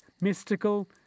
mystical